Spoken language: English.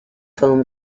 film